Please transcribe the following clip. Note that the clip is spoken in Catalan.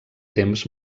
temps